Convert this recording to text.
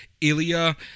Ilya